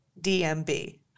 DMB